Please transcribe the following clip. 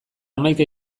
hamaika